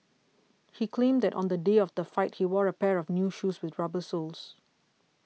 he claimed that on the day of the fight he wore a pair of new shoes with rubber soles